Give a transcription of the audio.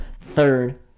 third